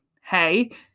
Hey